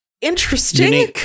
interesting